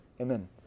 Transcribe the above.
Amen